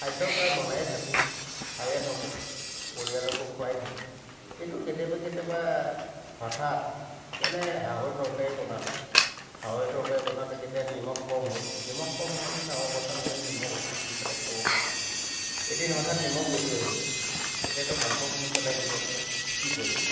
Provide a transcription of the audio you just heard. খাদ্য প্ৰায়ে বনায়ে থাকোঁ খায়ে থাকোঁ পৰিয়ালকো খুৱাই থাকোঁ কিন্তু কেতিয়াবা কেতিয়াবা হঠাত যেনে হাঁহৰ তৰকাৰী বনালোঁ হাঁহৰ তৰকাৰী বনাওঁতে কেতিয়া নিমখ কম হ'ল নিমখ কম হোৱাটো ডাঙৰ কথা নহয় নিমখ অকণ দি পেলাই খাব পাৰি এদিন হঠাত নিমখ বেছি হৈ গ'ল এতিয়াতো মাংসখিনি পেলাই দিব নোৱাৰোঁ কি কৰিম